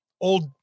old